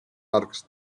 arcs